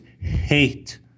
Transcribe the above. hate